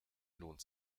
lohnt